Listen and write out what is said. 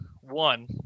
one